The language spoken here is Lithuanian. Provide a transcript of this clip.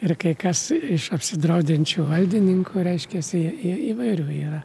ir kai kas iš apsidraudžiančių valdininkų reiškiasi jie jie įvairių yra